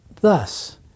Thus